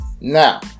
Now